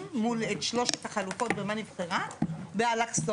מול את שלושת החלופות ומה נבחרה באלכסון,